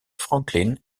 franklin